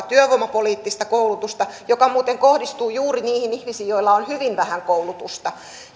työvoimapoliittista koulutusta joka muuten kohdistuu juuri niihin ihmisiin joilla on hyvin vähän koulutusta